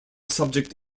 subject